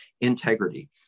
integrity